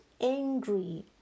angry